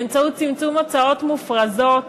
באמצעות צמצום הוצאות מופרזות